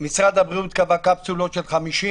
משרד הבריאות קבע קפסולות של 50,